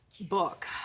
book